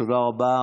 תודה רבה.